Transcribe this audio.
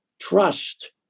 trust